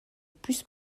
plus